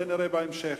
את זה נראה בהמשך.